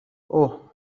اوه